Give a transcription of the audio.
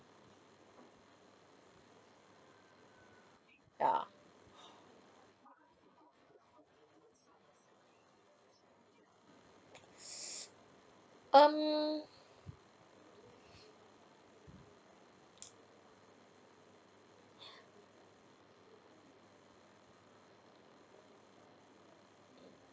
ya um